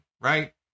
right